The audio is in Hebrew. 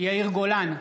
יאיר גולן,